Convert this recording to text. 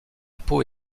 peau